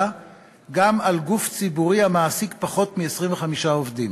גם על גוף ציבורי המעסיק פחות מ-25 עובדים.